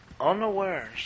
unawares